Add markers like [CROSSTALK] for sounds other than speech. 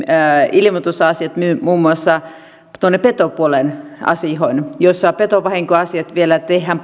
ilmoitusasiat muun muassa tuonne petopuolen asioihin petovahinkoasiat vielä tehdään [UNINTELLIGIBLE]